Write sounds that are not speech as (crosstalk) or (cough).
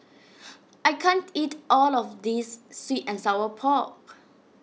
(noise) I can't eat all of this Sweet and Sour Pork